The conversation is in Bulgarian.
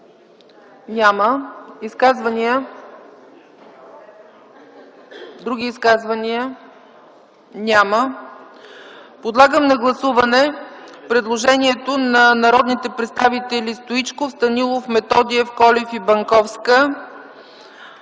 Няма. Други изказвания? Няма. Подлагам на гласуване предложението на народните представители Стоичков, Станилов, Методиев, Колев и Банковска